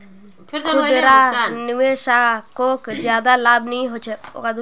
खुदरा निवेशाकोक ज्यादा लाभ नि होचे